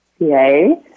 Yay